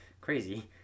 Crazy